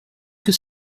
que